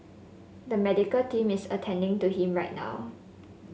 the medical team is attending to him right now